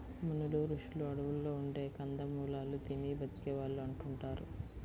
మునులు, రుషులు అడువుల్లో ఉండే కందమూలాలు తిని బతికే వాళ్ళు అంటుంటారు